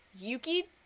Yuki